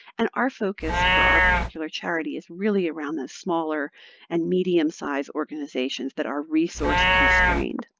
and our focus for our particular charity is really around the smaller and medium-sized organizations that are resource constrained.